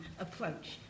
approach